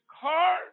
car